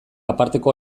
aparteko